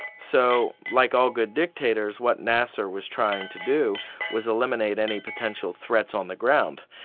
so like all good dictators, what nasser was trying to do was eliminate any potential threats on the ground.